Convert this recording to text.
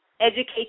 Educate